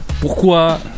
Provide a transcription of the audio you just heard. Pourquoi